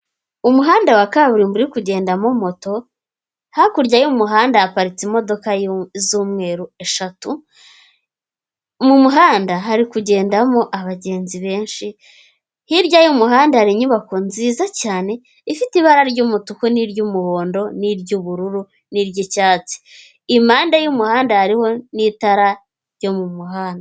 Umuhanda wa kaburimbo uri kugendamo moto, hakurya y'umuhanda haparitse imodoka z'umweru eshatu, mu muhanda hari kugendamo abagenzi benshi, hirya y'umuhanda hari inyubako nziza cyane ifite ibara ry'umutuku n'iry'umuhondo n'iry'ubururu n'iry'icyatsi, impande y'umuhanda hariho n'itara ryo mu muhanda.